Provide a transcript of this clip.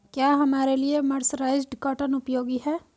क्या हमारे लिए मर्सराइज्ड कॉटन उपयोगी है?